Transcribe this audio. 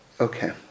Okay